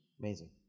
Amazing